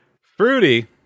Fruity